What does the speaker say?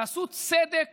תעשו צדק